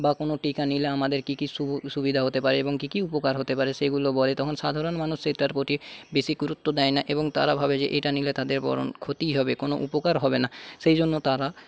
বা কোনো টীকা নিলে আমাদের কি কি সুবিধা হতে পারে এবং কি কি উপকার হতে পারে সেগুলো বলে তখন সাধারণ মানুষ সেইটার প্রতি বেশী গুরুত্ব দেয় না এবং তারা ভাবে যে এইটা নিলে তাদের বরং ক্ষতি হবে কোনো উপকার হবে না সেইজন্য তারা